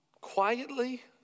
quietly